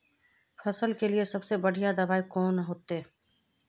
फसल के लिए सबसे बढ़िया दबाइ कौन होते?